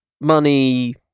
money